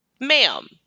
Ma'am